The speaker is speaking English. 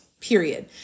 period